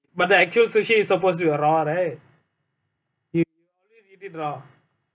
but the actual sushi is supposed to be raw right you eat sushi you eat raw